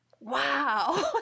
wow